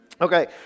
Okay